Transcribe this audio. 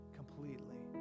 completely